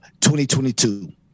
2022